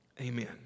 Amen